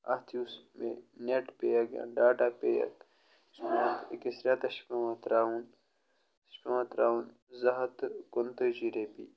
اَتھ یُس مےٚ نٮ۪ٹ پیک یا ڈاٹا پیک یُس أکِس رٮ۪تَس چھُ پٮ۪وان ترٛاوُن سُہ چھُ پٮ۪وان ترٛاوُن زٕ ہَتھ تہٕ کُُنتٲجی رۄپیہِ